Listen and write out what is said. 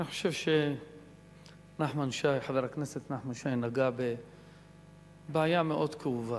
אני חושב שחבר הכנסת נחמן שי נגע בבעיה מאוד כאובה.